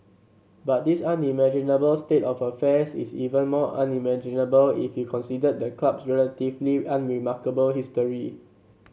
but this unimaginable state of affairs is even more unimaginable if you considered the club's relatively unremarkable history